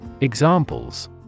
Examples